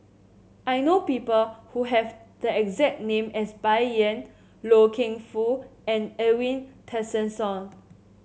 I know people who have the exact name as Bai Yan Loy Keng Foo and Edwin Tessensohn